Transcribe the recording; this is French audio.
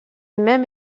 même